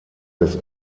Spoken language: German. des